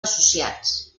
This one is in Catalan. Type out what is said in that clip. associats